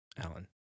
Alan